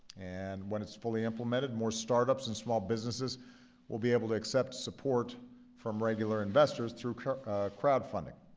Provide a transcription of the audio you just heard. and when it's fully implemented, more startups and small businesses will be able to accept support from regular investors through crowdfunding.